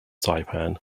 saipan